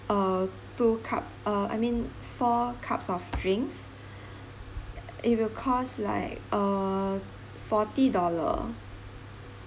uh two cup uh I mean four cups of drinks it will cost like uh forty dollar